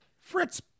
Fritz